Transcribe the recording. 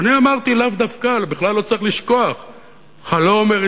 ואני אמרתי: לאו דווקא.